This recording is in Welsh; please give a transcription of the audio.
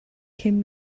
cyn